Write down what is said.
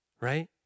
right